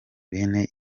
bene